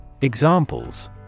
Examples